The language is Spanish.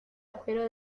agujero